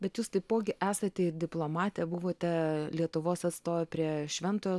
bet jūs taipogi esate ir diplomatė buvote lietuvos atstovė prie šventojo